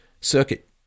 Circuit